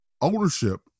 ownership